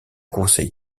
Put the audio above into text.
conseil